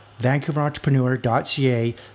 VancouverEntrepreneur.ca